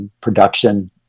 production